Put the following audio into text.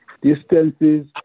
distances